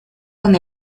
con